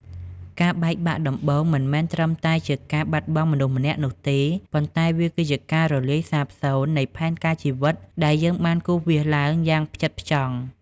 ការបែកបាក់ដំបូងមិនមែនត្រឹមតែជាការបាត់បង់មនុស្សម្នាក់នោះទេ ប៉ុន្តែវាគឺជាការរលាយសាបសូន្យនៃផែនការជីវិតដែលយើងបានគូរវាសឡើងយ៉ាងផ្ចិតផ្ចង់។